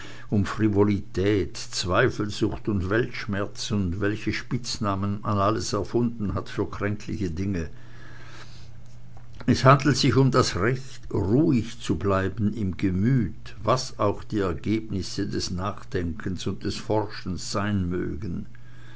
um frivolität zweifelsucht und weltschmerz und welche spitznamen man alles erfunden hat für kränkliche dinge es handelt sich um das recht ruhig zu bleiben im gemüt was auch die ergebnisse des nachdenkens und des forschens sein mögen